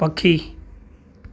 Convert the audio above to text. पखी